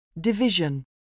Division